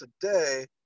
today